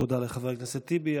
תודה לחבר הכנסת טיבי.